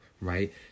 right